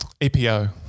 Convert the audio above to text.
EPO